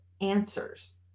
answers